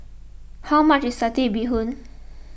how much is Satay Bee Hoon